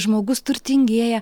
žmogus turtingėja